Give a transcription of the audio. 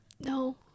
no